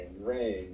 rain